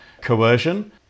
coercion